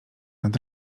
nad